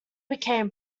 became